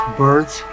birds